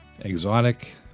Exotic